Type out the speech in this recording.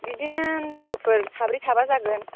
बिदिनो लोगोफोर साब्रै साबा जागोन